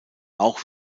auch